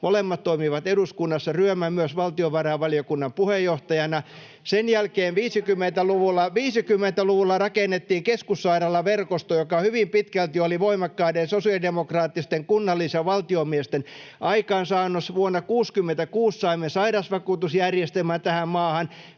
molemmat toimivat eduskunnassa, Ryömä myös valtiovarainvaliokunnan puheenjohtajana. Sen jälkeen 50-luvulla [Ben Zyskowiczin välihuuto] rakennettiin keskussairaalaverkosto, joka hyvin pitkälti oli voimakkaiden sosiaalidemokraattisten kunnallis- ja valtiomiesten aikaansaannos. Vuonna 66 saimme sairausvakuutusjärjestelmän tähän maahan,